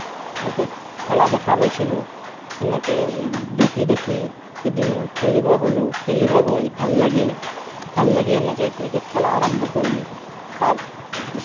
cricket খেলা দেখা পাইছিলোঁ তেনেকৈয়ে দেখি দেখি এদিন খেলিব গ'লোঁ খেলিব গৈ ভাল লাগিল ভাল লাগি এনেকেই ক্ৰিকেট খেলা আৰম্ভ কৰিলোঁ